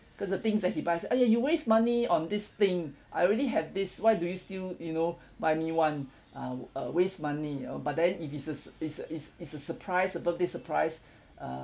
cause the things that he buys !aiya! you waste money on this thing I already have this why do you still you know buy me one uh uh waste money you know but then if it's a it's a it's it's a surprise birthday surprise uh